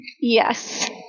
Yes